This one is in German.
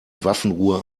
waffenruhe